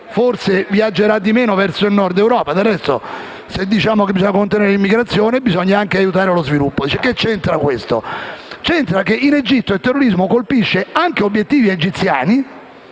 forse - viaggerà di meno verso il Nord Europa. Del resto, se diciamo che bisogna contenere l'immigrazione, allora bisogna anche aiutare lo sviluppo. Che c'entra questo? Ricordo che in Egitto il terrorismo colpisce anche obiettivi egiziani